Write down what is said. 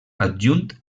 adjunt